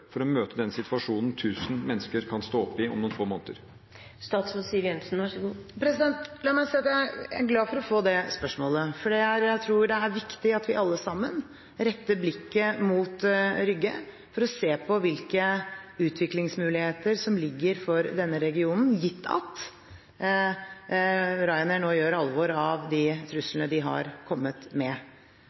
for å møte den situasjonen tusen mennesker kan stå oppe i om noen få måneder? Jeg er glad for å få det spørsmålet, for jeg tror det er viktig at vi alle sammen retter blikket mot Rygge for å se hvilke utviklingsmuligheter som ligger i denne regionen – gitt at Ryanair nå gjør alvor av de truslene de har kommet med.